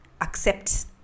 accept